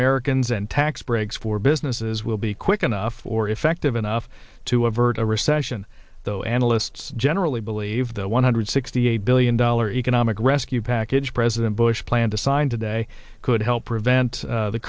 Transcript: americans and tax breaks for businesses will be quick enough or effective enough to avert a recession though analysts generally believe the one hundred sixty eight billion dollars economic rescue package president bush plan to sign today could help prevent